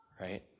right